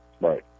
Right